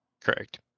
Correct